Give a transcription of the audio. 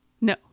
no